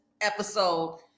episode